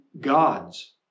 God's